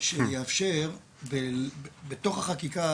שיאפשר בתוך החקיקה,